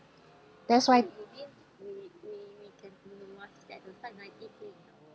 that's why